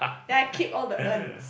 then I keep all the urns